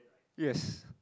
yes